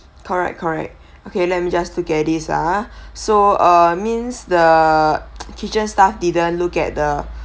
correct correct okay let me just look at this ah so ah means the kitchen staff didn't look at the